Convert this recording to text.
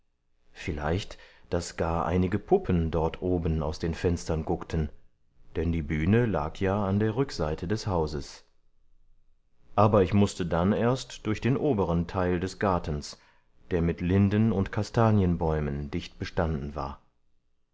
vielleicht daß gar einige puppen dort oben aus den fenstern guckten denn die bühne lag ja an der rückseite des hauses aber ich mußte dann erst durch den oberen teil des gartens der mit linden und kastanienbäumen dicht bestanden war